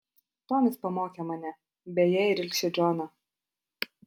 tomis pamokė mane beje ir ilgšį džoną